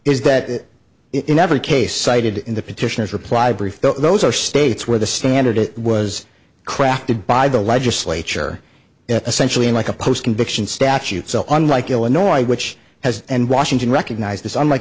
is that in every case cited in the petitioners reply brief those are states where the standard it was crafted by the legislature essentially like a post conviction statutes unlike illinois which has and washington recognize this unlike